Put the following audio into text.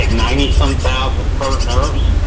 like ninety some thousand per nurse.